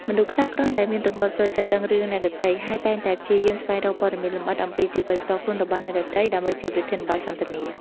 មនុស្សខ្លះគ្រាន់តែមានទម្លាប់ចូលចិត្តដឹងរឿងអ្នកដទៃ ហើយតែងតែព្យាយាមស្វែងរកព័ត៌មានលម្អិតអំពីជីវិតផ្ទាល់ខ្លួនរបស់អ្នកដទៃ ដើម្បីជាប្រធានបទសន្ទនា។